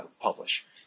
publish